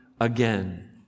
again